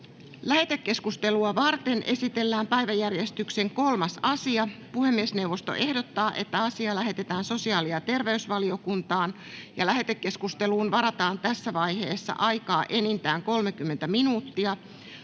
Lähetekeskustelua varten esitellään päiväjärjestyksen 3. asia. Puhemiesneuvosto ehdottaa, että asia lähetetään sosiaali- ja terveysvaliokuntaan. Lähetekeskusteluun varataan tässä vaiheessa aikaa enintään 30 minuuttia.